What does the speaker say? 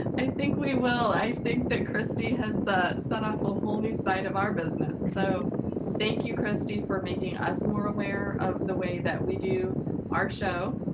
i think we will. i think that kristy has set off a whole new side of our business so thank you kristy for making us more aware of the way that we do our show.